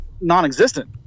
non-existent